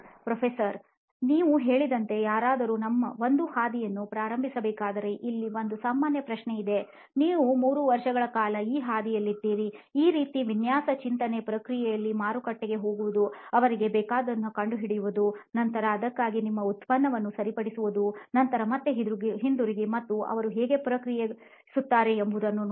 professor ನೀವು ಹೇಳಿದಂತೆ ಯಾರಾದರೂ ಒಂದು ಹಾದಿಯನ್ನು ಪ್ರಾರಂಭಿಸಬೇಕಾದರೆ ಇಲ್ಲಿ ಒಂದು ಸಾಮಾನ್ಯ ಪ್ರಶ್ನೆ ಇದೆ ನೀವು 3 ವರ್ಷಗಳ ಕಾಲ ಈ ಹಾದಿಯಲ್ಲಿದ್ದೀರಿ ಈ ರೀತಿಯ ವಿನ್ಯಾಸ ಚಿಂತನೆ ಪ್ರಕ್ರಿಯೆಯಲ್ಲಿ ಮಾರುಕಟ್ಟೆಗೆ ಹೋಗುವುದು ಅವರಿಗೆ ಬೇಕಾದುದನ್ನು ಕಂಡುಹಿಡಿಯುವುದು ನಂತರ ಅದಕ್ಕಾಗಿ ನಿಮ್ಮ ಉತ್ಪನ್ನವನ್ನು ಸರಿಪಡಿಸುವುದು ನಂತರ ಮತ್ತೆ ಹಿಂತಿರುಗಿ ಮತ್ತು ಅವರು ಹೇಗೆ ಪ್ರತಿಕ್ರಿಯಿಸುತ್ತಾರೆ ಎಂಬುದನ್ನು ನೋಡುವುದು